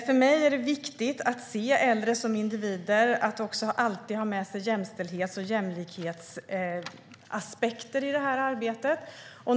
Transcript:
För mig är det viktigt att se äldre som individer och att också alltid ha med sig jämställdhets och jämlikhetsaspekter i arbetet.